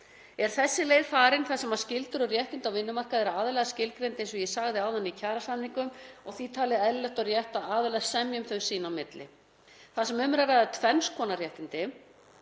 Er þessi leið farin þar sem skyldur og réttindi á vinnumarkaði eru aðallega skilgreind, eins og ég sagði áðan, í kjarasamningum og því talið rétt að aðilar semji um þau sín á milli. Þar sem um er að ræða tvenns konar réttindi,